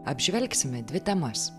apžvelgsime dvi temas